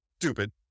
stupid